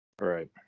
Right